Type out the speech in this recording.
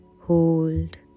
hold